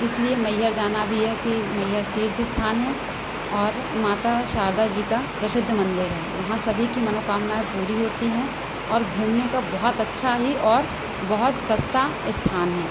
इसलिए मैहर जाना भी है कि मैहर तीर्थ स्थान है और माता शारदा जी का प्रसिद्ध मंदिर है वहाँ सभी की मनोकामनाएँ पूरी होती हैं और घूमने का बहुत अच्छा ही और बहुत सस्ता स्थान है